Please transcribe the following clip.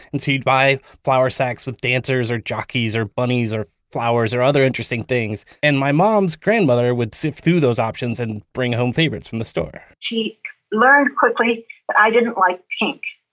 and so, you'd buy flour sacks with dancers or jockeys or bunnies or flowers or other interesting things. and my mom's grandmother would sift through those options and bring home favorites from the store she learned quickly that i didn't like pink,